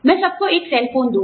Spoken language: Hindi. मैं सबको एक सेल फोन दूँगा